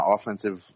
offensive